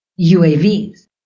UAVs